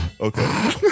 Okay